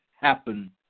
happen